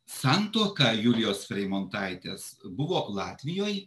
santuoka julijos freimontaitės buvo latvijoj